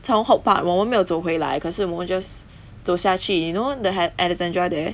从 hortpark 我们没有走回来可是我们 just 走下去 you know the hen~ alexandra there